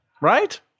right